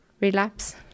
relapse